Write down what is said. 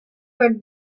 for